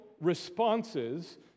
responses